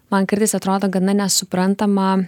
man kartais atrodo gana nesuprantama